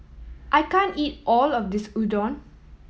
I can't eat all of this Udon